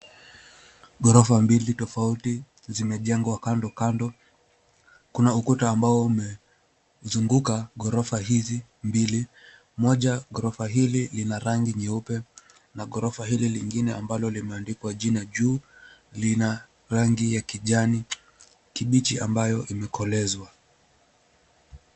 Ghorofa mbili tofauti zimejengwa kando kando. Kuna ukuta ambao umezunguka ghorofa hizi mbili. Moja ghorofa hili lina rangi nyeupe na ghorofa hili lingine ambalo limeandikwa jina juu lina rangi ya kijani kibichi ambayo imekolezwa.